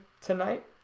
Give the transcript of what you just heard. tonight